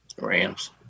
Rams